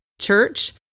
Church